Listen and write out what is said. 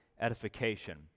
edification